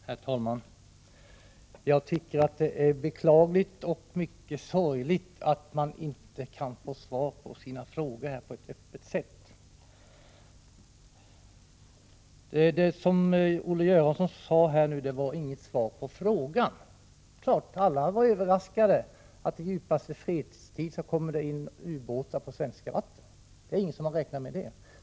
Herr talman! Jag tycker att det är beklagligt och mycket sorgligt att man inte kan få svar på sina frågor på ett öppet sätt. Det som Olle Göransson sade nu var inget svar på min fråga. Det är klart att alla var överraskade över att det i djupaste fredstid kom in ubåtar på svenska vatten. Det är ingen som har räknat med sådant.